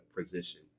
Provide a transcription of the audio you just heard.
position